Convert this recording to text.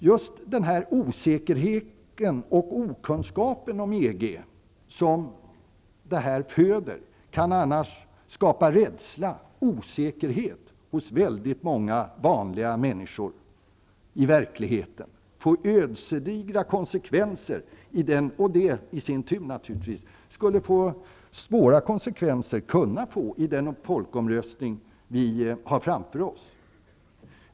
Just okunskapen om EG kan skapa rädsla och osäkerhet hos väldigt många vanliga människor i verkligheten, och det skulle naturligtvis få ödesdigra konsekvenser, som i sin tur skulle få svåra konsekvenser i den folkomröstning som kommer.